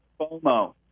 FOMO